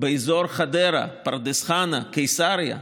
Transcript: באזור חדרה, פרדס חנה, קיסריה,